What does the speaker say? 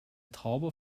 traube